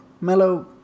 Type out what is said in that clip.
Mellow